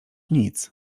nic